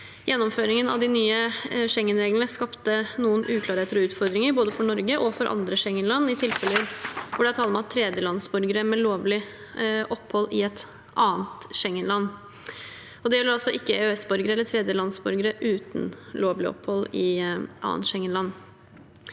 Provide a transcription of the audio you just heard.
Gjennomføringen av de nye Schengen-reglene skapte noen uklarheter og utfordringer, både for Norge og for andre Schengen-land, i tilfeller hvor det er tale om tredjelandsborgere med lovlig opphold i et annet Schengen-land. Det gjelder altså ikke EØS-borgere eller tredjelandsborgere uten lovlig opphold i annet Schengen-land.